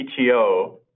PTO